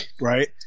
right